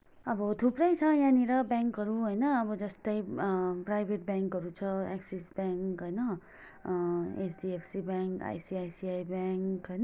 अब थुप्रै छ यहाँनिर ब्याङ्कहरू होइन अब जस्तै प्राइभेट ब्याङ्कहरू छ एक्सिस ब्याङ्क होइन एचडिएफसी ब्याङ्क आइसिआइसिआई ब्याङ्क होइन